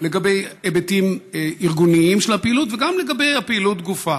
לגבי היבטים ארגוניים של הפעילות וגם לגבי הפעילות גופה.